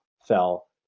fell